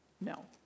no